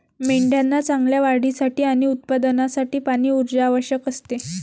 मेंढ्यांना चांगल्या वाढीसाठी आणि उत्पादनासाठी पाणी, ऊर्जा आवश्यक असते